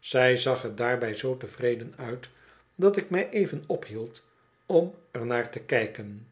zij zag er daarbij z tevreden uit dat ik mij even ophield om er naar te kijken